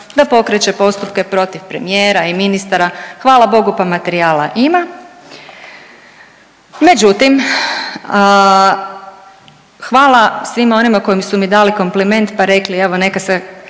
da pokreće postupke protiv premijera i ministara, hvala Bogu pa materijala ima, međutim hvala svima onima koji su mi dali kompliment pa rekli evo neka se